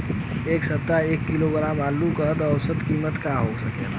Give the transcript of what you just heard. एह सप्ताह एक किलोग्राम आलू क औसत कीमत का हो सकेला?